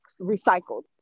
recycled